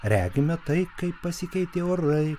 regime tai kaip pasikeitė orai